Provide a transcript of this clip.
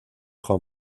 juan